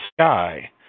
sky